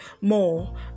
more